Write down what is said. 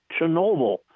Chernobyl